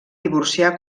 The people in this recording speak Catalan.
divorciar